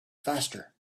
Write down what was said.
faster